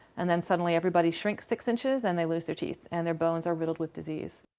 and then suddenly everybody shrinks six inches, and they loose their teeth, and their bones are riddled with disease.